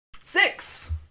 six